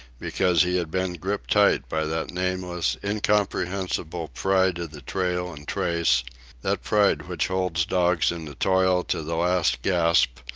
because he had been gripped tight by that nameless, incomprehensible pride of the trail and trace that pride which holds dogs in the toil to the last gasp,